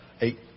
eight